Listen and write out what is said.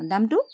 দামটো